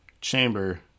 Chamber